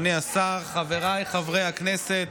אדוני היושב-ראש, אדוני השר, חבריי חברי הכנסת.